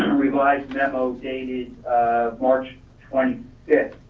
revised memo dated march twenty fifth.